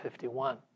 51